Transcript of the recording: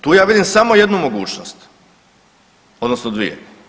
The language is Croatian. Tu ja vidim samo jednu mogućnost, odnosno dvije.